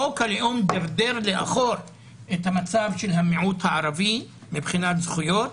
חוק הלאום דרדר לאחור את המצב של המיעוט הערבי מבחינת זכויות,